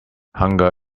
hunger